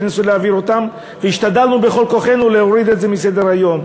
ניסו להעביר אותה והשתדלנו בכל כוחנו להוריד את זה מסדר-היום.